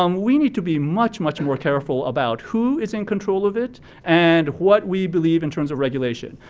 um we need to be much, much, more careful about who is in control of it and what we believe in terms of regulation.